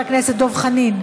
חבר הכנסת דב חנין,